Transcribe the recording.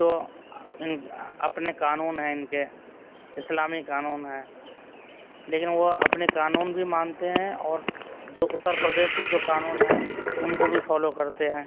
تو ان اپنے قانون ہیں ان کے اسلامی قانون ہیں لیکن وہ اپنے قانون بھی مانتے ہیں اور جو اتّر پردیشی جو قانون ہیں ان کو بھی فالو کرتے ہیں